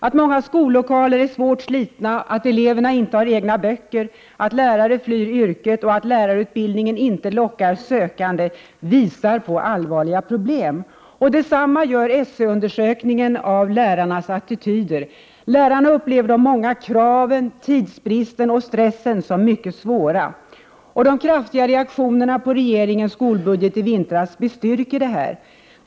Att många skollokaler är svårt slitna, att eleverna inte har egna böcker, att lärare flyr yrket och att lärarutbildningen inte lockar sökande visar på allvarliga problem. Detsamma gör SÖ-undersökningen av lärarnas attityder. Lärarna upplever de många kraven, tidsbristen och stressen som mycket svåra. De kraftiga reaktionerna på regeringens skolbudget i vintras bestyrker detta.